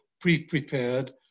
pre-prepared